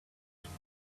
could